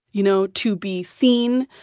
you know, to be seen,